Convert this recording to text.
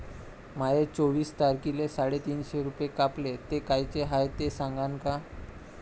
माये चोवीस तारखेले साडेतीनशे रूपे कापले, ते कायचे हाय ते सांगान का?